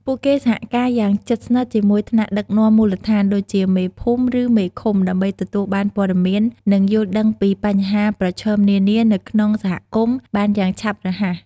ពួកគេសហការយ៉ាងជិតស្និទ្ធជាមួយថ្នាក់ដឹកនាំមូលដ្ឋាន ដូចជាមេភូមិ ឬមេឃុំ ដើម្បីទទួលបានព័ត៌មាន និងយល់ដឹងពីបញ្ហាប្រឈមនានានៅក្នុងសហគមន៍បានយ៉ាងឆាប់រហ័ស។